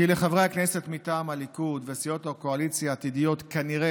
כי לחברי הכנסת מטעם הליכוד וסיעות הקואליציה העתידיות כנראה